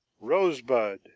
Rosebud